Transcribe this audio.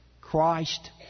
Christ